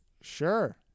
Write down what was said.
Sure